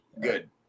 good